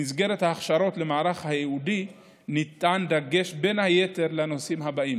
במסגרת ההכשרות למערך הייעודי ניתן דגש בין היתר לנושאים האלה: